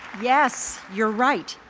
yes, you're right.